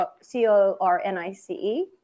C-O-R-N-I-C-E